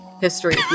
history